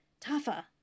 Tafa